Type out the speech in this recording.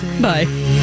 Bye